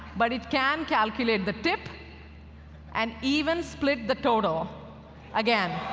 but it can calculate the tip and even split the total again,